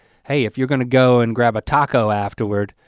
hey, if you're gonna go and grab a taco afterward,